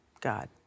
God